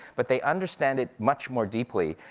but they understand it much more deeply,